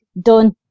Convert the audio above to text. done